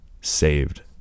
saved